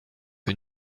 que